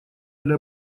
для